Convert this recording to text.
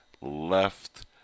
left